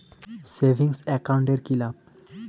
Savings account এর কি লাভ?